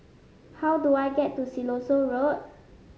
how do I get to Siloso Road